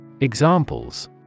Examples